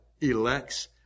elects